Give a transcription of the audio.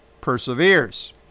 perseveres